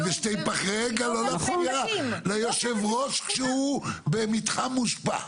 לא להפריע ליושב הראש כשהוא במתחם מושפע.